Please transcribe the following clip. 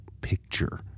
picture